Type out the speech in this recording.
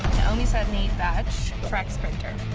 naomi sedney, dutch track sprinter.